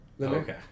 Okay